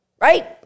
right